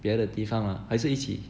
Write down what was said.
别的地方 lah 还是一起